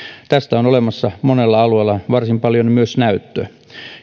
tästä on olemassa monella alueella varsin paljon myös näyttöä